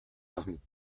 machen